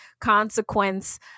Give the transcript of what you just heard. consequence